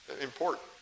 important